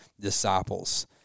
disciples